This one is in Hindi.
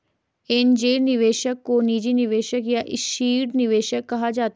एंजेल निवेशक को निजी निवेशक या सीड निवेशक कहा जाता है